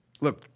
Look